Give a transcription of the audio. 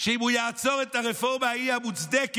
שאם הוא יעצור את הרפורמה ההיא, המוצדקת,